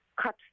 cut